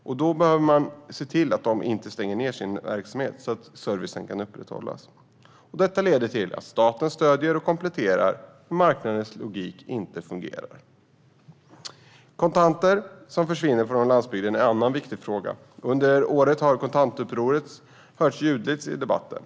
Man behöver därför se till att de inte ska behöva stänga ned sin verksamhet utan kan upprätthålla sin service. Staten stöder och kompletterar där marknadens logik inte fungerar. Kontanter som försvinner från landsbygden är en annan viktig fråga. Under året har kontantupproret hörts ljudligt i debatten.